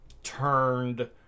turned